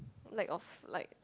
lack of like